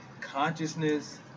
consciousness